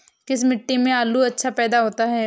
किस मिट्टी में आलू अच्छा पैदा होता है?